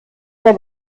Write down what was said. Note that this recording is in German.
der